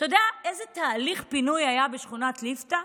אתה יודע איזה תהליך פינוי היה בשכונת ליפתא?